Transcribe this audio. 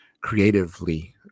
creatively